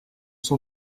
son